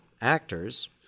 actors